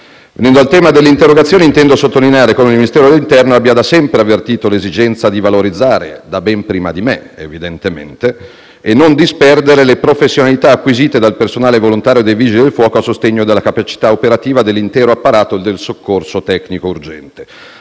Venendo al tema dell'interrogazione, intendo sottolineare come il Ministro dell'interno abbia da sempre avvertito l'esigenza di valorizzare - da ben prima di me, evidentemente - e non disperdere le professionalità acquisite dal personale volontario dei Vigili del fuoco a sostegno della capacità operativa dell'intero apparato del soccorso tecnico urgente.